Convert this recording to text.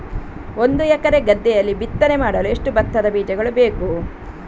ಒಂದು ಎಕರೆ ಗದ್ದೆಯಲ್ಲಿ ಬಿತ್ತನೆ ಮಾಡಲು ಎಷ್ಟು ಭತ್ತದ ಬೀಜಗಳು ಬೇಕು?